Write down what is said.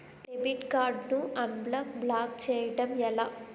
Debit card ను unblock block చేయటం ఎలా?